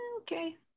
okay